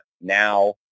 now